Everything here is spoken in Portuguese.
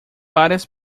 várias